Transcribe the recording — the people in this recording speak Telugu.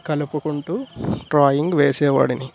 కలుపుకుంటు డ్రాయింగ్ వేసే వాడిని